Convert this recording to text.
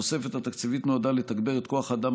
התוספת התקציבית נועדה לתגבר את כוח האדם